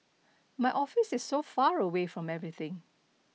my office is so far away from everything